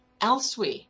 elsewhere